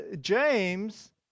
James